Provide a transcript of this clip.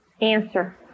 answer